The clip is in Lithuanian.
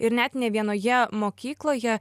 ir net ne vienoje mokykloje